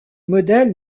modèle